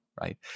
right